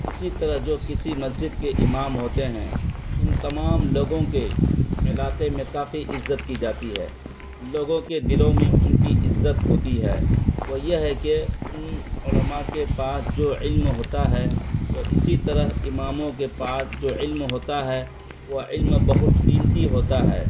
اسی طرح جو کسی مسجد کے امام ہوتے ہیں ان تمام لوگوں کے علاقے میں کافی عزت کی جاتی ہے لوگوں کے دلوں میں ان کی عزت ہوتی ہے وہ یہ ہے کہ ان علماء کے پاس جو علم ہوتا ہے وہ اسی طرح اماموں کے پاس جو علم ہوتا ہے وہ علم بہت قیمتی ہوتا ہے